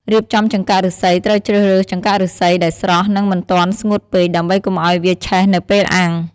រៀបចំចង្កាក់ឫស្សីត្រូវជ្រើសរើស ចង្កាក់ឫស្សី ដែលស្រស់ និងមិនទាន់ស្ងួតពេក ដើម្បីកុំឲ្យវាឆេះនៅពេលអាំង។